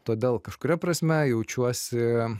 todėl kažkuria prasme jaučiuosi